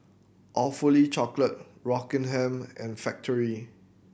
Awfully Chocolate Rockingham and Factorie